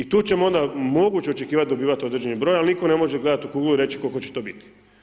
I tu ćemo onda moguće očekivat dobivat određeni broj, al nitko ne može gledat u kuglu i reć kolko će to bit.